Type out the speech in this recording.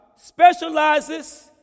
specializes